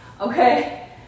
Okay